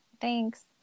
Thanks